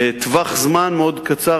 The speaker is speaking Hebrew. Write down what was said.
בטווח זמן מאוד קצר.